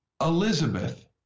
Elizabeth